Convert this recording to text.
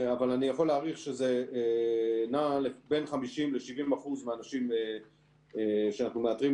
אבל אני יכול להעריך שזה נע בין 50% ל-70% מאנשים שאנחנו מאתרים,